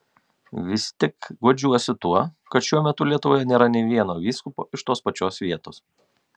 vis tik guodžiuosi tuo kad šiuo metu lietuvoje nėra nė vieno vyskupo iš tos pačios vietos